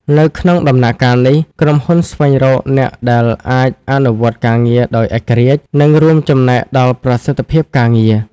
នៅក្នុងដំណាក់កាលនេះ ក្រុមហ៊ុនស្វែងរកអ្នកដែលអាចអនុវត្តការងារដោយឯករាជ្យ និងរួមចំណែកដល់ប្រសិទ្ធភាពការងារ។